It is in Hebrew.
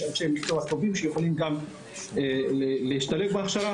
יש אנשי מקצוע טובים שיכולים גם להשתלב בהכשרות